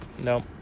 No